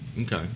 Okay